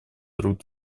друг